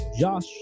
Josh